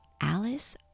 Alice